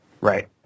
right